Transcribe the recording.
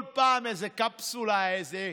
כל פעם איזו קפסולה, איזו